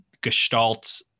gestalt